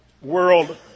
World